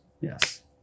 Yes